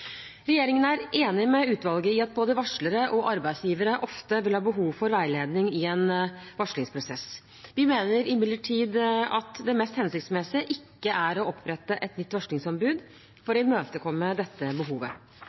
Regjeringen er enig med utvalget i at både varslere og arbeidsgivere ofte vil ha behov for veiledning i en varslingsprosess. Vi mener imidlertid at det mest hensiktsmessige ikke er å opprette et nytt varslingsombud for å imøtekomme dette behovet.